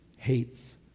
hates